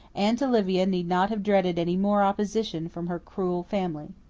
aunt olivia need not have dreaded any more opposition from her cruel family.